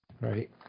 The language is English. Right